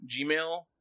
Gmail